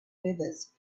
feathers